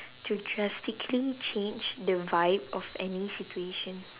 to drastically change the vibe of any situation